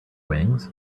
wings